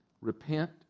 repent